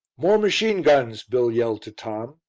more machine guns! bill yelled to tom.